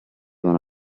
one